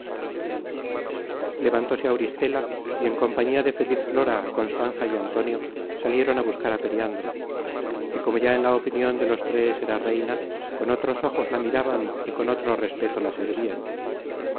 murmuracion levantóse auristela y en compañía de feliz flora constanza y antonio salieron á buscar á periandro y como ya en la opinion de los tres era reina con otros ojos la miraban y con otro respeto la servian